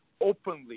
openly